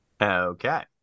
Okay